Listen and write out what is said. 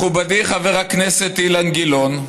מכובדי חבר הכנסת אילן גילאון,